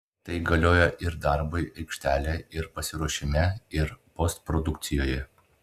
tai galioja ir darbui aikštelėje ir pasiruošime ir postprodukcijoje